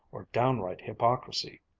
or downright hypocrisy.